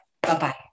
Bye-bye